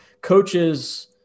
Coaches